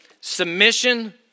Submission